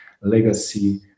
legacy